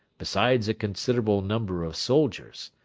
besides a considerable number of soldiers.